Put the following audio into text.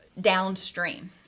downstream